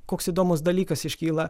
koks įdomus dalykas iškyla